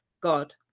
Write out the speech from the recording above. God